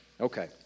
Okay